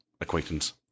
Acquaintance